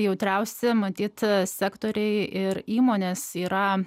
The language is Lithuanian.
jautriausi matyt sektoriai ir įmonės yra